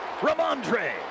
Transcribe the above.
Ramondre